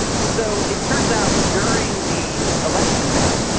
so it turns out, during the election day,